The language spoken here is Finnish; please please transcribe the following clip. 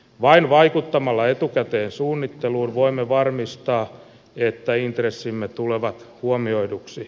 vain vaikuttamalla etukäteen suunnitteluun voimme varmistaa että intressimme tulevat huomioiduksi